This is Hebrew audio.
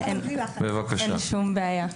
אגף התקציבים.